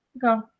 go